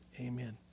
amen